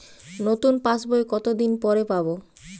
নতুন পাশ বই কত দিন পরে পাবো?